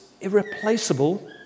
irreplaceable